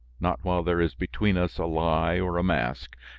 not while there is between us a lie or a mask.